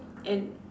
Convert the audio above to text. and